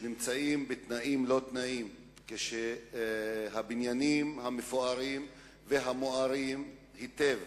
שחיים בתנאים לא תנאים כשהבניינים המפוארים והמוארים היטב